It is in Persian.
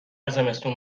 زمستون